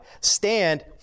stand